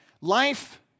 Life